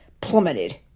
plummeted